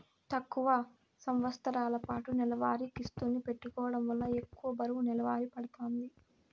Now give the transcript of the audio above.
తక్కువ సంవస్తరాలపాటు నెలవారీ కిస్తుల్ని పెట్టుకోవడం వల్ల ఎక్కువ బరువు నెలవారీ పడతాంది